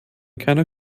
keiner